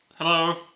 Hello